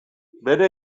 bere